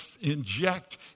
inject